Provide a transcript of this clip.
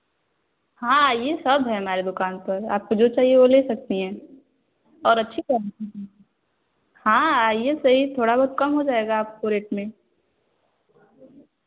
हाँ आईए सब है हमारे दुकान पर आपको जो चाहिए वह ले सकती हैं और अच्छी क्वा हाँ आईए सही थोड़ा बहुत कम हो जाएगा आपको रेट में